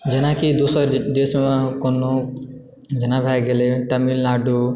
जेनाकि दोसर देशमे कोनो जेना भए गेलै तमिलनाडु